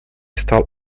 стал